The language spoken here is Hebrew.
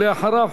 ואחריו,